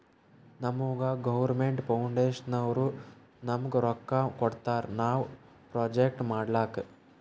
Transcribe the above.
ನಮುಗಾ ಗೌರ್ಮೇಂಟ್ ಫೌಂಡೇಶನ್ನವ್ರು ನಮ್ಗ್ ರೊಕ್ಕಾ ಕೊಡ್ತಾರ ನಾವ್ ಪ್ರೊಜೆಕ್ಟ್ ಮಾಡ್ಲಕ್